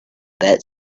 that